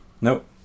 Nope